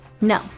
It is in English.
No